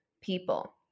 people